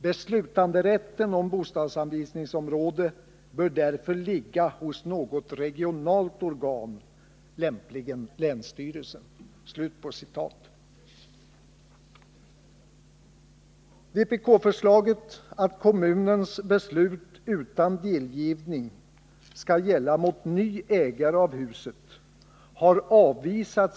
Beslutanderätten om bostadsanvisningsområde bör därför ligga hos något regionalt organ — lämpligen länsstyrelsen.” ; Utskottet har avvisat vpk-förslaget att kommunens beslut om att ett hus skall vara bostadsanvisningsområde skall gälla utan delgivning mot ny ägare av huset.